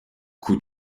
coup